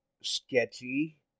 sketchy